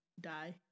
die